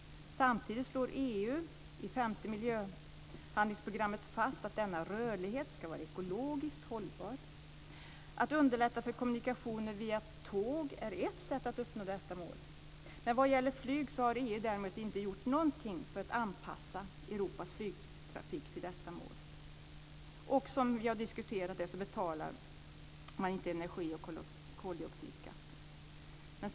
Samtidigt slår EU i femte miljöhandlingsprogrammet fast att denna rörlighet ska vara ekologiskt hållbar. Att underlätta för kommunikationer via tåg är ett sätt att uppnå detta mål. Däremot har EU inte gjort någonting för att anpassa Europas flygtrafik till detta mål. Och som vi har diskuterat betalar man inte energi och koldioxidskatter.